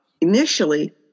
initially